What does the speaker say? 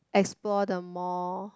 explore the more